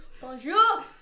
Bonjour